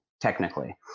technically